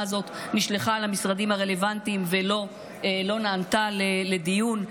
הזאת נשלחה למשרדים הרלוונטיים ולא עלתה לדיון.